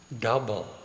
double